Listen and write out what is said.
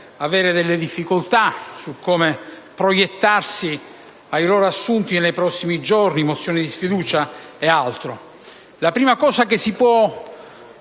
avere delle difficoltà sul come proiettarsi verso i passaggi dei prossimi giorni (mozioni di sfiducia ed altro). La prima cosa che si può